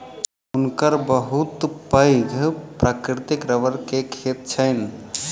हुनकर बहुत पैघ प्राकृतिक रबड़ के खेत छैन